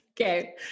Okay